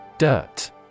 Dirt